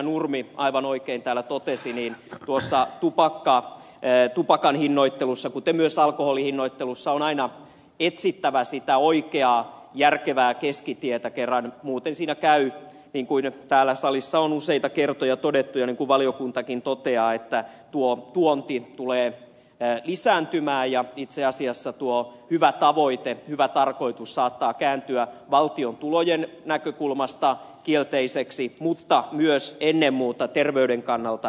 nurmi aivan oikein täällä totesi tupakan hinnoittelussa kuten myös alkoholin hinnoittelussa on aina etsittävä sitä oikeaa järkevää keskitietä kerran muuten siinä käy niin kuin täällä salissa on useita kertoja todettu ja niin kuin valiokuntakin toteaa että tuo tuonti tulee lisääntymään ja itse asiassa tuo hyvä tavoite hyvä tarkoitus saattaa kääntyä valtion tulojen näkökulmasta kielteiseksi mutta myös ennen muuta terveyden kannalta kielteiseksi